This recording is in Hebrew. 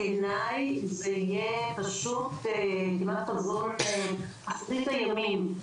בעיניי זה יהיה פשוט כמעט חזון אחרית הימים.